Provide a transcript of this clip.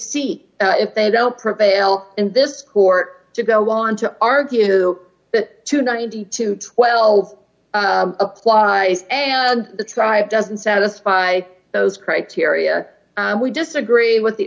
see if they don't prevail in this court to go on to argue that to ninety to twelve applies and the tribe doesn't satisfy those criteria we disagree with the